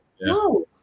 no